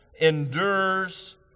endures